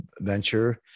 venture